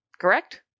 correct